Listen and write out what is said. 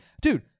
Dude